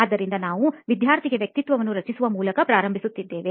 ಆದ್ದರಿಂದ ನಾವು ವಿದ್ಯಾರ್ಥಿಗೆ ವ್ಯಕ್ತಿತ್ವವನ್ನು ರಚಿಸುವ ಮೂಲಕ ಪ್ರಾರಂಭಿಸುತ್ತೇವೆ